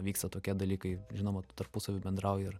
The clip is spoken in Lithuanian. vyksta tokie dalykai žinoma tarpusavy bendrauji ir